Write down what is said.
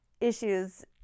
issues